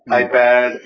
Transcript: iPad